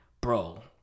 Bro